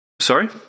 Sorry